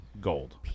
gold